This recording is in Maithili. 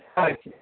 आर की